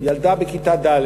ילדה בכיתה ד',